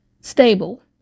Stable